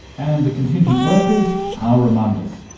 and the contingent workers are among us.